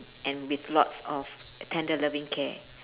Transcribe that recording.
and with lots of tender loving care